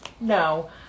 No